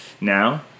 now